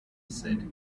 said